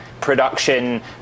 Production